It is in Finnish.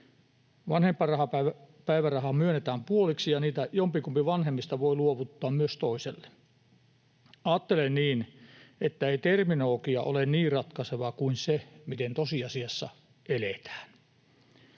Vanhempainpäivärahaa myönnetään puoliksi, ja niitä jompikumpi vanhemmista voi luovuttaa myös toiselle. Ajattelen niin, että ei terminologia ole niin ratkaiseva kuin se, miten tosiasiassa eletään.